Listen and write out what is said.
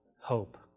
hope